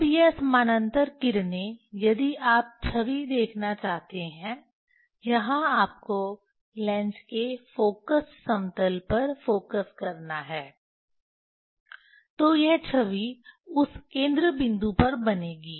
अब वह समानांतर किरणें यदि आप छवि देखना चाहते हैं यहां आपको लेंस के फोकस समतल पर फोकस करना है तो यह छवि उस केंद्र बिंदु पर बनेगी